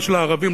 ומה שלערבים,